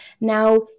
Now